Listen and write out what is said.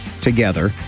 together